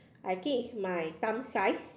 I think it's my thumb size